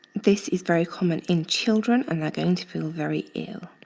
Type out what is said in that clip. this is very common in children, and they're going to feel very ill.